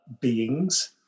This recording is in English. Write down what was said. beings